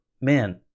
man